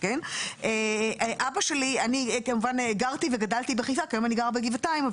אני כמובן גרתי וגדלתי בחיפה כיום אני גרה בגבעתיים,